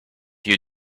you